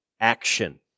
action